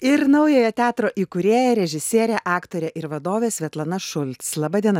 ir naujojo teatro įkūrėja režisierė aktorė ir vadovė svetlana šulc laba diena